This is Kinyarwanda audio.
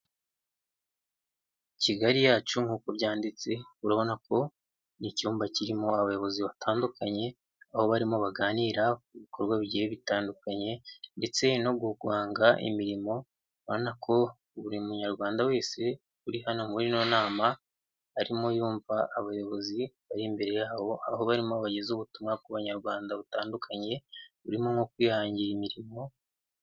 Kigali yacu nk'uko byanditse, urabona ko ni icyumba kirimo abayobozi batandukanye, aho barimo baganira ku bikorwa bigiye bitandukanye ndetse no guhanga imirimo, ubonako buri munyarwanda wese uri hano muri ino nama, arimo yumva abayobozi bari imbere yabo, aho barimo bageza ubutumwa ku banyarwanda batandukanye burimo nko kwihangira imirimo.